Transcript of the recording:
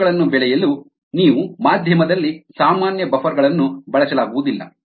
ಆದ್ದರಿಂದ ಕೋಶಗಳನ್ನು ಬೆಳೆಯಲು ನೀವು ಮಾಧ್ಯಮದಲ್ಲಿ ಸಾಮಾನ್ಯ ಬಫರ್ ಗಳನ್ನು ಬಳಸಲಾಗುವುದಿಲ್ಲ